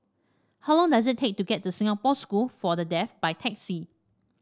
how long does it take to get to Singapore School for the Deaf by taxi